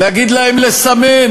נגיד להם לסמן,